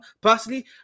personally